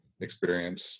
experience